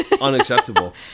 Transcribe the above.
Unacceptable